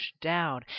down